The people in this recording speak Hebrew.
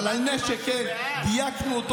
הצבעת